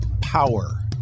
power